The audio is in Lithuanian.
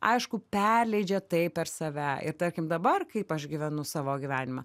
aišku perleidžia tai per save ir tarkim dabar kaip aš gyvenu savo gyvenimą